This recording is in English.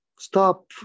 Stop